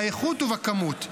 באיכות ובכמות,